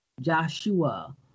Joshua